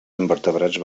invertebrats